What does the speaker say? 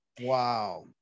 Wow